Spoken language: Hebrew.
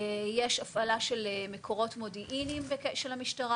יש הפעלה של מקורות מודיעינים של המשטרה.